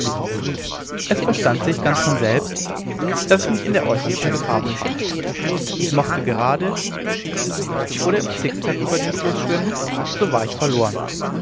es verstand sich ganz von selbst daß ich mich in der äußersten gefahr befand ich mochte gerade schief oder im zickzack über den fluß schwimmen so war ich verloren